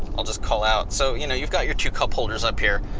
i'll just call out. so you know you've got your two cup holders up here.